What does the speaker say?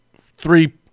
three